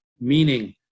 meaning